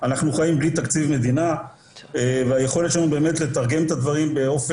תקציב מדינה ולא ברור מה יהיה ב-2021.